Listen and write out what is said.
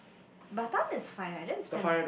Batam is fine I didn't spend